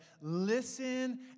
listen